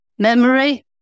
memory